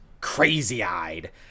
crazy-eyed